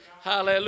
Hallelujah